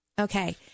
Okay